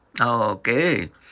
Okay